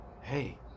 Hey